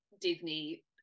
disney